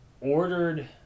ordered